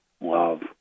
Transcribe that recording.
love